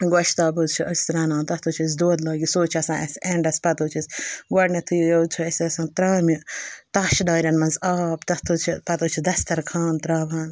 گۄشتاب حظ چھِ أسۍ رَنان تَتھ حظ چھِ أسۍ دۄد لٲگِتھ سُہ حظ چھِ آسان اَسہِ اٮ۪نڈَس پَتہٕ حظ چھِ أسۍ گۄڈنٮ۪تھٕے یہِ حظ چھِ اَسہِ آسان ترٛامہِ تَش نارٮ۪ن منٛز آب تَتھ حظ چھِ پَتہٕ حظ چھِ دَسترخان ترٛاوان